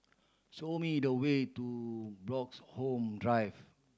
show me the way to Bloxhome Drive